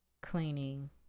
Cleaning